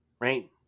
right